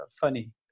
funny